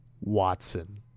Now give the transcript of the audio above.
Watson